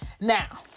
Now